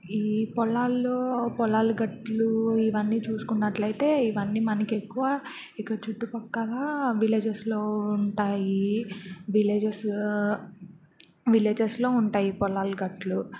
ఈ పొలాల్లో పొలాలు గట్లు ఇవన్నీ చూసుకున్నట్లయితే ఇవన్నీ మనకి ఎక్కువ ఇక్కడ చుట్టుపక్కల విలేజెస్లో ఉంటాయి విలేజెస్ విలేజెస్లో ఉంటాయి పొలాలు గట్లు